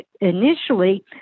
initially